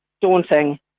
daunting